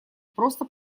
просто